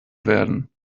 werden